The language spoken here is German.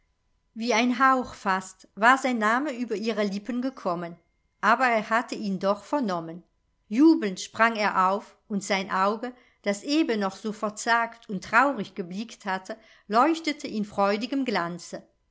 wie ein hauch fast war sein name über ihre lippen gekommen aber er hatte ihn doch vernommen jubelnd sprang er auf und sein auge das eben noch so verzagt und traurig geblickt hatte leuchtete in freudigem glanze